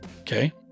Okay